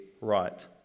right